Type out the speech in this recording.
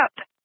up